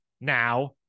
now